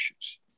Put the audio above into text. issues